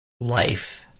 life